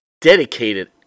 dedicated